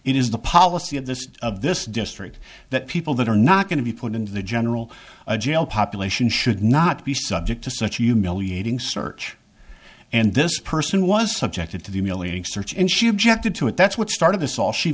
is the policy of this of this district that people that are not going to be put into the general jail population should not be subject to such humiliating search and this person was subjected to the relating searchin she objected to it that's what started this all she